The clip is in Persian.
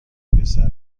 پسر